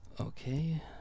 Okay